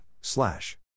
slash